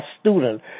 student